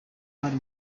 bari